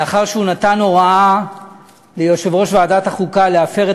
לאחר שהוא נתן הוראה ליושב-ראש ועדת החוקה להפר את